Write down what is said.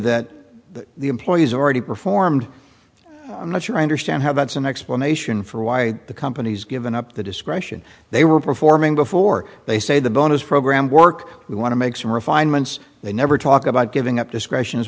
that the employees already performed i'm not sure i understand how that's an explanation for why the company's given up the discretion they were performing before they say the bonus program work we want to make some refinements they never talk about giving up discretion